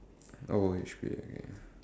oh H_P okay